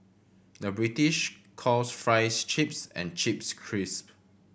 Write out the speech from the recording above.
the British calls fries chips and chips crisp